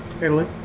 Italy